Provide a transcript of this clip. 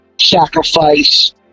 Sacrifice